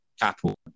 Apple